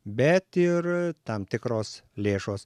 bet ir tam tikros lėšos